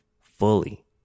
fully